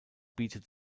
bietet